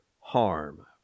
harm